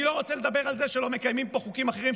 אני לא רוצה לדבר על זה שלא מקיימים פה חוקים אחרים,